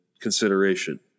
consideration